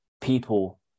people